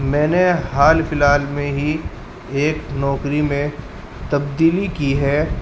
میں نے حال فی الحال میں ہی ایک نوکری میں تبدیلی کی ہے